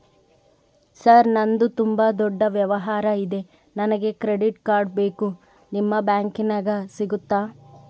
Sir ನಂದು ತುಂಬಾ ದೊಡ್ಡ ವ್ಯವಹಾರ ಇದೆ ನನಗೆ ಕ್ರೆಡಿಟ್ ಕಾರ್ಡ್ ಬೇಕು ನಿಮ್ಮ ಬ್ಯಾಂಕಿನ್ಯಾಗ ಸಿಗುತ್ತಾ?